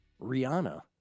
Rihanna